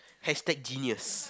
hashtag genius